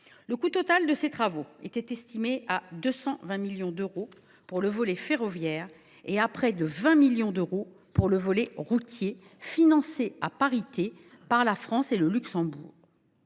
Le coût total de ces travaux était estimé à 220 millions d’euros pour le volet ferroviaire et à près de 20 millions d’euros pour le volet routier, financés à parité par la France et le Luxembourg.